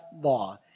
law